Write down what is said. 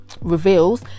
reveals